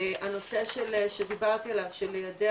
הנושא שדיברתי עליו של להודיע